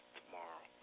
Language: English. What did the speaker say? tomorrow